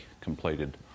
completed